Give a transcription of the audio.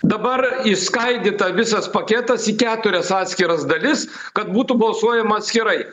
dabar išskaidyta visas paketas į keturias atskiras dalis kad būtų balsuojama atskirai